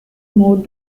moved